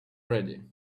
ready